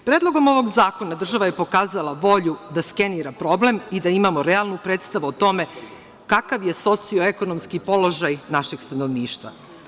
Predlogom ovog zakona država je pokazala volju da skenira problem i da imamo realnu predstavu o tome kakav je socioekonomski položaj našeg stanovništva.